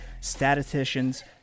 statisticians